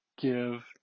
give